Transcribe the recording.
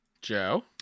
Joe